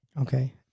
Okay